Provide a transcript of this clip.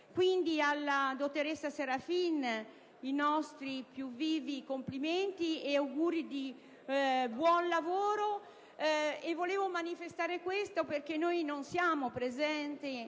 Alla dottoressa Serafin i nostri più vivi complimenti e auguri di buon lavoro. Volevo manifestare questo, perché non siamo presenti